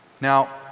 Now